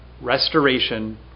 Restoration